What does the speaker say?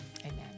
Amen